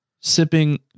sipping